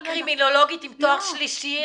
אני קרימינולוגית עם תואר שלישי,